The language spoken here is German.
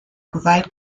gewalt